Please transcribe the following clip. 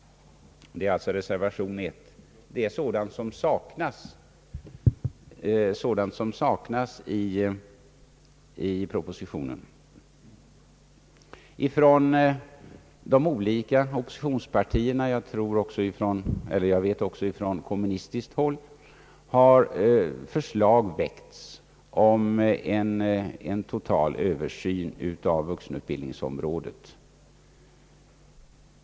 Det är alltså reservation 1 som berör sådant som saknas i propositionen. Av de olika oppositionspartierna — och även från kommunisthåll — har förslag väckts om en total översyn av vuxenutbildningsområdet.